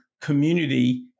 Community